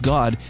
God